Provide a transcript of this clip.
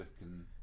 and-